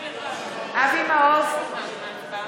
מקלב,